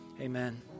Amen